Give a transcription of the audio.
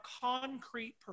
concrete